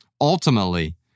Ultimately